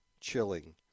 chilling